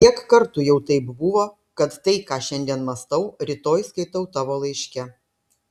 kiek kartų jau taip buvo kad tai ką šiandien mąstau rytoj skaitau tavo laiške